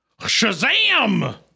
Shazam